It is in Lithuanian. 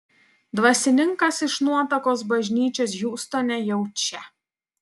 dvasininkas iš nuotakos bažnyčios hjustone jau čia